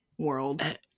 World